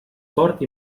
fort